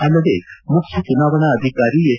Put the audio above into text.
ಅಲ್ಲದೇ ಮುಖ್ಯ ಚುನಾವಣಾ ಅಧಿಕಾರಿ ಎಸ್